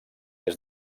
des